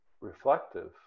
reflective